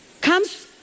comes